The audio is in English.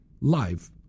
live